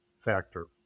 factor